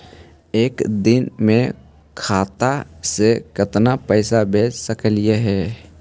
एक दिन में खाता से केतना पैसा भेज सकली हे?